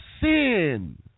sin